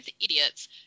idiots